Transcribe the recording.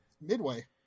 Midway